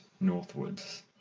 northwards